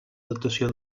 datació